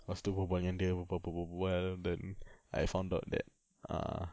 lepas tu berbual dengan dia bual bual bual bual bual then I found out that uh